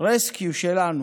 רסקיו שלנו,